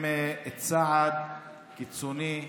הם צעד קיצוני,